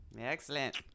Excellent